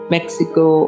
Mexico